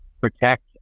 protect